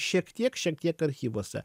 šiek tiek šiek tiek archyvuose